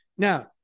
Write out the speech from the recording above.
Now